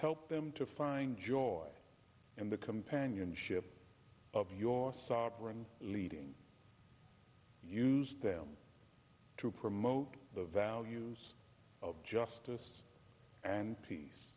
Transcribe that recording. help them to find joy in the companionship of your sovereign leading use them to promote the values of justice and peace